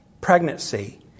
pregnancy